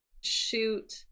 shoot